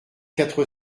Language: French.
quatre